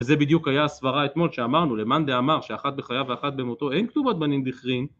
וזה בדיוק היה הסברה אתמול שאמרנו, למנדה אמר שאחד בחייו ואחד במותו אין כתובות בנים בכרין